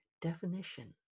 definition